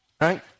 Right